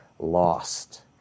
lost